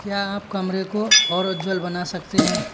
क्या आप कमरे को और उज्जवल बना सकते हैं